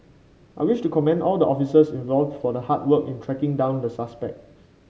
I wish to commend all the officers involved for the hard work in tracking down the suspects